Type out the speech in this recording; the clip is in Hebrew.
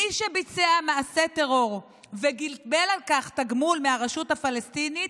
מי שביצע מעשה טרור וקיבל על כך תגמול מהרשות הפלסטינית,